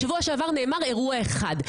בשבוע שעבר נאמר אירוע אחד.